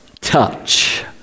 touch